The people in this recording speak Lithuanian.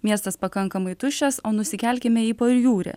miestas pakankamai tuščias o nusikelkime į pajūrį